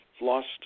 lost